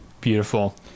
beautiful